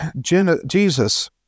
Jesus